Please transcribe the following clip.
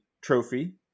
Trophy